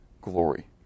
glory